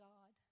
God